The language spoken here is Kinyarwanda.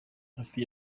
hafi